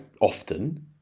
often